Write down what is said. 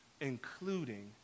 including